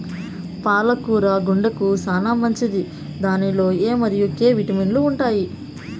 పాల కూర గుండెకు చానా మంచిది దీనిలో ఎ మరియు కే విటమిన్లు ఉంటాయి